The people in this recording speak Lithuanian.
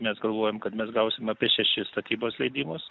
mes galvojam kad mes gausim apie šešis statybos leidimus